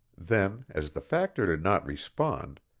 then, as the factor did not respond,